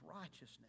righteousness